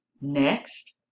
Next